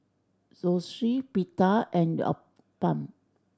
Zosui Pita and Uthapam